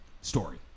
story